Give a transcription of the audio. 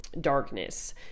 darkness